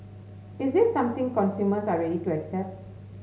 is this something consumers are ready to accept